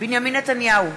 בנימין נתניהו,